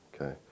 okay